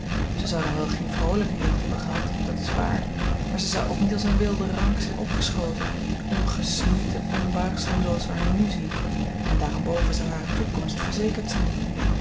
zou dan wel geene vroolijke jeugd hebben gehad dat is waar maar zij zou ook niet als een wilde rank zijn opgeschoten ongesnoeid en onbuigzaam zooals wij haar nu zien en daarenboven zou hare toekomst verzekerd zijn